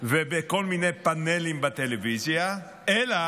ובכל מיני פאנלים בטלוויזיה אלא